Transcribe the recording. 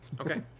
okay